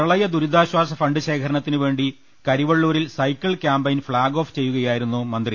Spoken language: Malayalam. പ്രളയദുരിതാശ്വാസ ഫണ്ട് ശേഖരണത്തിനുവേണ്ടി കരിവള്ളൂരിൽ സൈക്കിൾ ക്യാമ്പയിൽ ഫ്ളാഗ് ഓഫ് ചെയ്യുകയായിരുന്നു മന്ത്രി